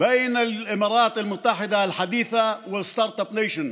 בין איחוד האמירויות המודרנית והסטרטאפ ניישן,